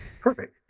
Perfect